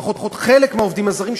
לפחות חלק מהעובדים הזרים,